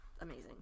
amazing